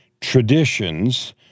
traditions